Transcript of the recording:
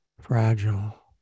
fragile